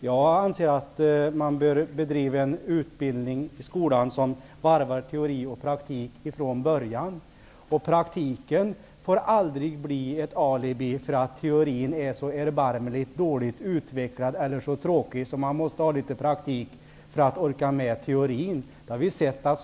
Jag anser att man från början bör bedriva en utbildning i skolan som varvar teori och praktik. Praktiken får aldrig tjäna som ett alibi för att teorin är erbarmligt dåligt utvecklad eller tråkig. Man får inte för att orka med teorin sätta in litet praktik i stället.